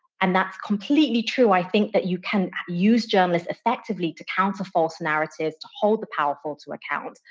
and that's completely true. i think that you can use journalists effectively to counter false narratives, to hold the powerful to account.